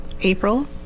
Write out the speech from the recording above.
April